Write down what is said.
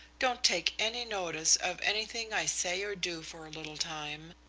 don't take any notice of anything i say or do for a little time.